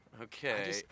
Okay